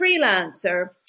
freelancer